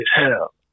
hell